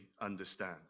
understand